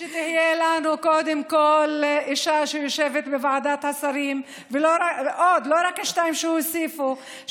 שתהיה לנו קודם כול אישה שיושבת בוועדת השרים ולא רק השתיים שהוסיפו,